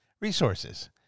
resources